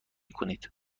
کنید